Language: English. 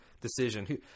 decision